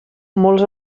molts